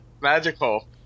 magical